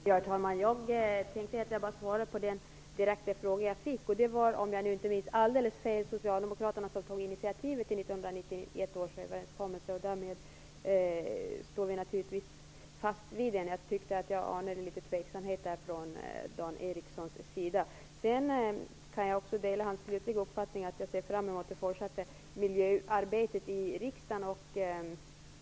Herr talman! Jag skall bara svara på den direkta fråga som jag fick. Om jag inte minns alldeles fel var det Socialdemokraterna som tog initiativet till 1991 års överenskommelse. Den står vi naturligtvis fast vid. Jag anade litet tveksamhet därom från Dan I likhet med Dan Ericsson ser jag fram emot det fortsatta miljöarbetet i riksdagen.